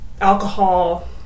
alcohol